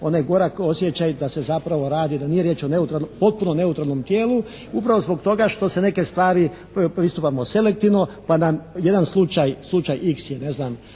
onaj gorak osjećaj da se zapravo radi, da nije riječ potpuno neutralnom tijelu, upravo zbog toga što se neke stvari pristupamo selektivno pa nam jedan slučaj, slučaj x je ne znam,